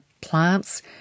plants